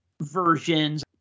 versions